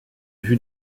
vue